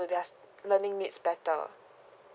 to their learning needs better